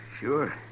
sure